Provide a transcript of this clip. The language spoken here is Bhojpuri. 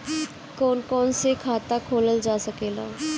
कौन कौन से खाता खोला जा सके ला?